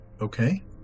okay